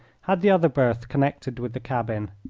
had the other berth connected with the cabin.